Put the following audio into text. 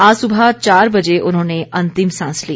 आज सुबह चार बजे उन्होंने अंतिम सांस ली